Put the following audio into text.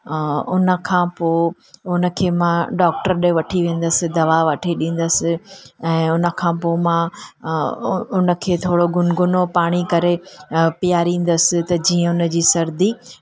उनखां पोइ उनखे मां डॉक्टर ॾे वठी वेंदसि दवा वठी ॾींदसि ऐं उनखां पोइ मां उनखे थोरो गुनगुनो पाणी करे पीयारींदसि त जीअं उनजी सर्दी